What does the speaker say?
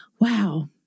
wow